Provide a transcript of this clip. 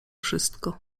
wszystko